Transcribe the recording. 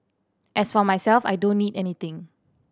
as for myself I don't need anything